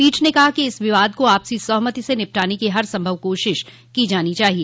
पीठ ने कहा कि इस विवाद को आपसी सहमति से निपटाने की हरसंभव कोशिश की जानी चाहिए